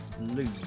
lose